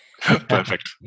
Perfect